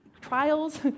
trials